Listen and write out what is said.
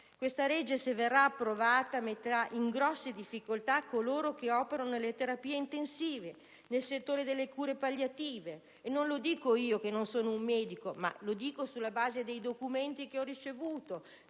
questa legge sarà approvata, metterà in grosse difficoltà coloro che operano nelle terapie intensive e nel settore delle cure palliative, e questo non lo dico io che non sono un medico, ma lo dicono i documenti che ho ricevuto